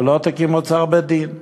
ולא תקים אוצר בית-דין.